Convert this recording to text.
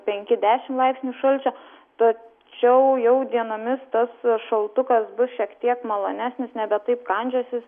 penki dešim laipsnių šalčio tačiau jau dienomis tas šaltukas bus šiek tiek malonesnis nebe taip kandžiosis